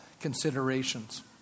considerations